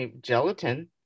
Gelatin